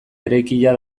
eraikia